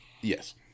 Yes